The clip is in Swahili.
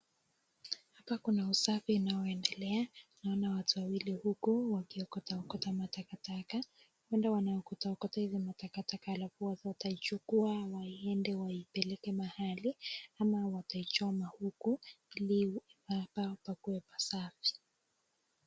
Hapa kuna usafi unaoendelea, naona watu wawili huku wakiokota okota matakataka. Huenda wanaokota hizi matakataka halafu wataichukua waiende waipeleke mahali ama wataichoma huku ili mahala hapa pakuwe pasafi.